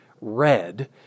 red